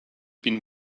been